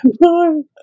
no